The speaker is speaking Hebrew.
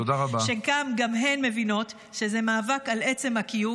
שכן גם הן מבינות שזה מאבק על עצם הקיום,